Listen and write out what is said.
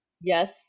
Yes